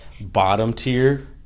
bottom-tier